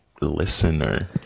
listener